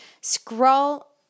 scroll